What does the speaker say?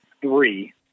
three